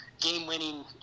game-winning